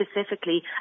specifically